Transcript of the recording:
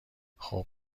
خوب